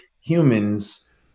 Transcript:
humans